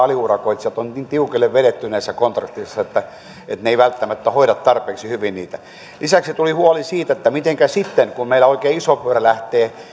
aliurakoitsijat on niin tiukille vedetty näissä kontrahdeissa että ne eivät välttämättä hoida tarpeeksi hyvin niitä lisäksi tuli huoli siitä mitenkä sitten kun meillä oikein iso pyörä lähtee